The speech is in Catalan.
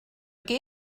què